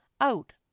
out